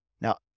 Now